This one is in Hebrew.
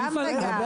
אתה בעד.